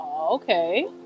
Okay